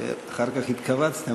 ואחר כך התכווצתי,